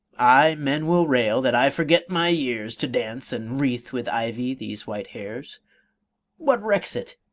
aye, men will rail that i forgot my years, to dance and wreath with ivy these white hairs what recks it?